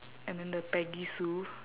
and then the peggy sue